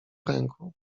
ręku